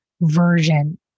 version